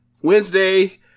Wednesday